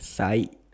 sike